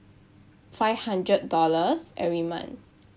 five hundred dollars every month